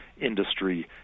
industry